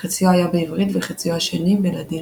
וחציו היה בעברית וחציו השני בלאדינו.